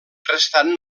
restant